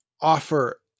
offer